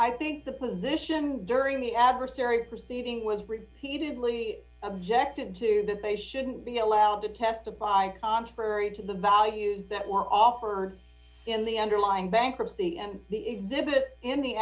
i think the position during the adversary proceeding was repeatedly objected to that they shouldn't be allowed to testify contrary to the values that were offered in the underlying bankruptcy and the exhibit in the